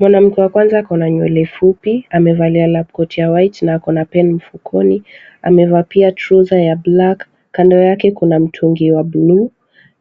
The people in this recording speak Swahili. Mwanamke wa kwanza ako na nywele fupi amevalia lab coat ya white na ako na pen mfukoni, amevaa pia trouser ya black kando yake kuna mtungi wa buluu